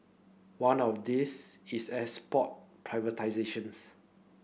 one of these is airs port privatisations